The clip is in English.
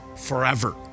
forever